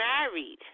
married